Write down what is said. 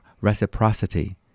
reciprocity